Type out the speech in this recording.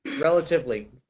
Relatively